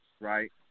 right